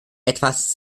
etwas